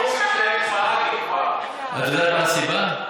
תוכניות של 15 שנה, את יודעת מה הסיבה?